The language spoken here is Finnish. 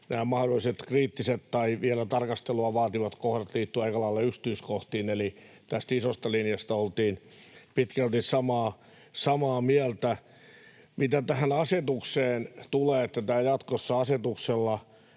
mahdolliset kriittiset tai vielä tarkastelua vaativat kohdat liittyivät aika lailla yksityiskohtiin, eli tästä isosta linjasta oltiin pitkälti samaa mieltä. Mitä tähän asetukseen tulee, että tämä jatkossa asetuksella